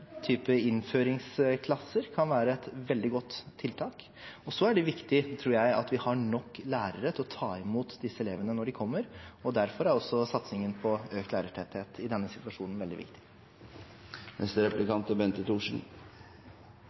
type innføringsklasser kan være et veldig godt tiltak. Og så er det viktig, tror jeg, at vi har nok lærere til å ta imot disse elevene når de kommer. Derfor er også satsingen på økt lærertetthet i denne situasjonen veldig viktig. Det å sette inn tidlig innsats er